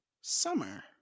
summer